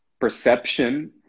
perception